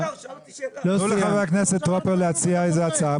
תנו לחבר הכנסת טרופר להציע איזה הצעה,